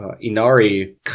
Inari